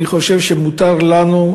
אני חושב שמותר לנו,